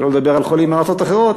שלא לדבר על חולים מארצות אחרות,